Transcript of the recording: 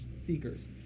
seekers